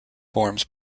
forms